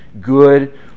good